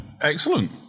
Excellent